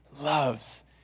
loves